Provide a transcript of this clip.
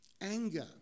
Anger